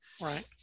right